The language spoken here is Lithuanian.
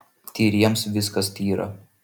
tyriems viskas tyra